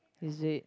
is it